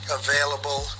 available